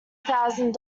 thousand